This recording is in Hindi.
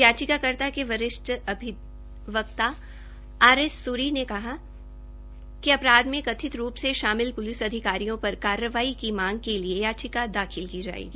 याचिकाकर्ता ने वरिष्ठ अधिवक्ता आर एस सूरी ने कहा कि अपराध में कथित रूप से शामिल प्लिस अधिकारियों पर कार्रवाई की मांग के लिए याचिका दाखिल की जायेगी